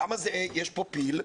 למה יש פה פיל?